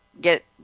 get